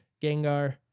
Gengar